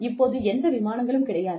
இப்போது எந்த விமானங்களும் கிடையாது